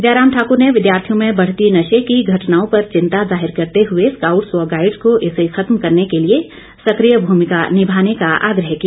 जयराम ठाकुर ने विद्यार्थियों में बढ़ती नशे की घटनाओं पर चिंता जाहिर करते हुए स्काउटस व गाइडस को इसे खत्म करने के लिए सक्रिय भूमिका निभाने का आग्रह किया